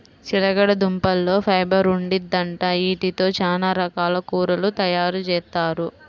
చిలకడదుంపల్లో ఫైబర్ ఉండిద్దంట, యీటితో చానా రకాల కూరలు తయారుజేత్తారు